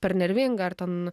per nervinga ar ten